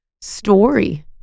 story